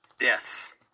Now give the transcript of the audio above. yes